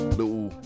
little